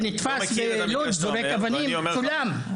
שנתפס בלוד זורק אבנים יחד עם כולם.